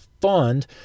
fund